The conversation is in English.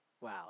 Wow